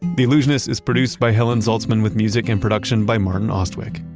the allusionist is produced by helen zaltzman with music and production by martin austwick.